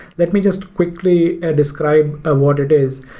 let me just quickly ah describe ah what it is.